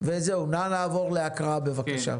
נא לעבור להקראה, בבקשה.